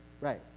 right